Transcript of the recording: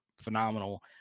phenomenal